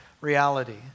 reality